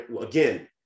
again